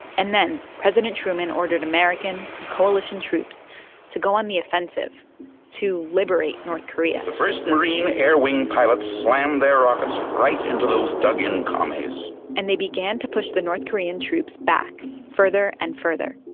and then president truman ordered american coalition troops to go on the offensive to liberate north korea the first marin air wing pilots slammed their rockets right into those dug-in commies and they began to push the north korean troops back further and further.